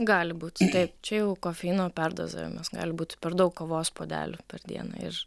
gali būti taip čia jau kofeino perdozavimas gali būti per daug kavos puodelių per dieną ir